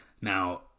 now